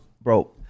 bro